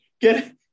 get